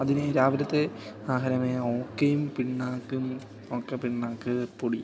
അതിനെ രാവിലത്തെ ആഹരമായി ഓക്കെയും പിണ്ണാക്കും ഓക്കെ പിണ്ണാക്ക് പൊടി